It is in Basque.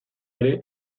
ere